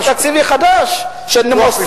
זה סעיף תקציבי חדש, שמופיע,